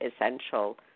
essential